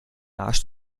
arsch